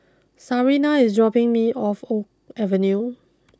Sarina is dropping me off O Avenue